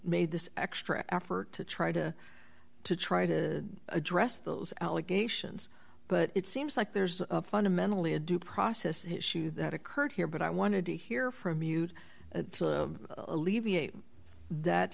made this extra effort to try to to try to address those allegations but it seems like there's fundamentally a due process issue that occurred here but i wanted to hear from you alleviate that